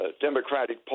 Democratic